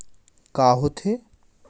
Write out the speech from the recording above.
का होथे?